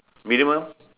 minimum